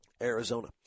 Arizona